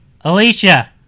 Alicia